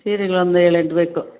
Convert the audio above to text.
ಸೀರೆಗಳೊಂದು ಏಳೆಂಟು ಬೇಕು